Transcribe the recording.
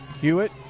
Hewitt